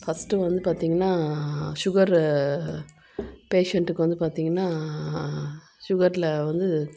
ந்து பார்த்தீங்கனா சுகரு பேஷண்ட்டுக்கு வந்து பார்த்தீங்கனா சுகரில் வந்து